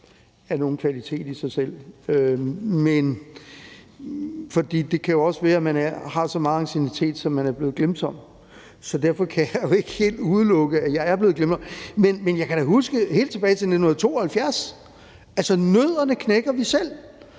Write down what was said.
er nogen kvalitet i sig selv, for det kan også være, at man har så meget anciennitet, at man er blevet glemsom. Derfor kan jeg jo ikke helt udelukke, at jeg er blevet glemsom. Men jeg kan da huske helt tilbage til 1972: Nødderne knækker vi selv.